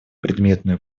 предметную